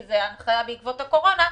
כי זו הנחיה בעקבות הקורונה,